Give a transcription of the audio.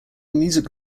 music